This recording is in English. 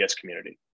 community